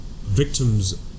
victims